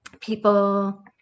people